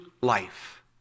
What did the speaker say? life